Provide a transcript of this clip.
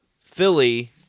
Philly